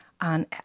on